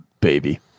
Baby